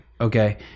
Okay